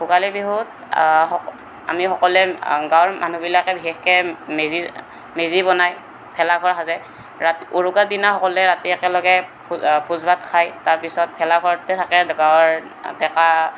ভোগালী বিহুত আমি সকলোৱে গাঁৱৰ মানুহবিলাকে বিশেষকৈ মেজি মেজি বনাই ভেলা ঘৰ সাজে ৰাত উৰুকা দিনা সকলোৱে ৰাতি একেলগে ভোজ ভাত খায় তাৰপিছত ভেলাঘৰটোতে থাকে গাঁৱৰ ডেকা